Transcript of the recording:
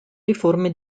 riforme